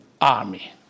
army